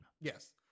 Yes